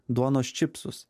duonos čipsus